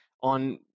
on